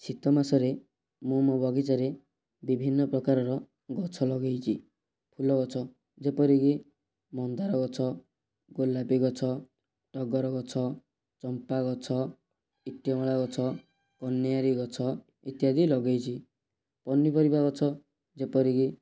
ଶୀତ ମାସରେ ମୁଁ ମୋ ବଗିଚାରେ ବିଭିନ୍ନ ପ୍ରକାରର ଗଛ ଲଗାଇଛି ଫୁଲ ଗଛ ଯେପରିକି ମନ୍ଦାର ଗଛ ଗୋଲାପ ଗଛ ଟଗର ଗଛ ଚମ୍ପା ଗଛ ଇତି ଅଁଳା ଗଛ କନିଅରି ଗଛ ଇତ୍ୟାଦି ଲଗେଇଛି ପନିପାରିବା ଗଛ ଯେପରିକି